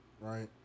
right